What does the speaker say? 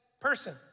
Person